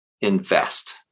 invest